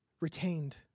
retained